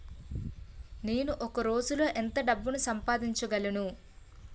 నేను ఒక రోజులో ఎంత డబ్బు పంపించగలను?